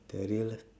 lah